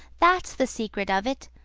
that's the secret of it!